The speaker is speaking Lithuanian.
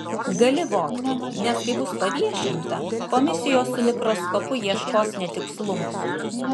gali vogti nes kai bus paviešinta komisijos su mikroskopu ieškos netikslumo